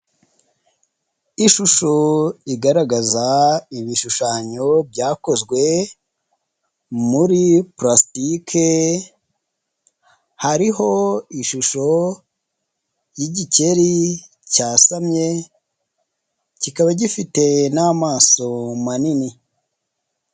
Ishusho igaragaza ibishushanyo byakozwe muri pulastike hariho ishusho y'igikeri cyasamye kikaba gifite n'amaso manini.